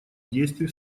действий